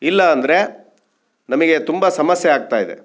ಇಲ್ಲ ಅಂದರೆ ನಮಗೆ ತುಂಬ ಸಮಸ್ಯೆ ಆಗ್ತಾ ಇದೆ